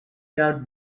jout